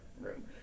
room